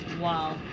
Wow